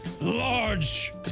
large